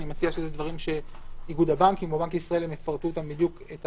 אני מציע שאיגוד הבנקים ובנק ישראל יפרטו את הטכניקה,